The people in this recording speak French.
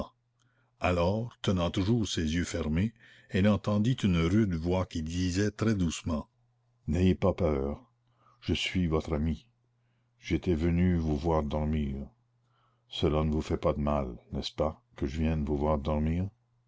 alors tenant toujours ses yeux fermés elle entendit une rude voix qui disait très doucement n'ayez pas peur je suis votre ami j'étais venu vous voir dormir cela ne vous fait pas de mal n'est-ce pas que je vienne vous voir dormir